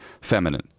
feminine